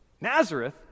Nazareth